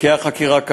תיקי החקירה,